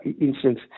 instance